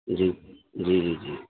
جی جی جی جی